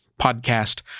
podcast